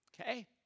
Okay